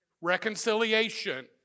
Reconciliation